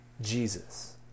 Jesus